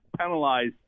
penalized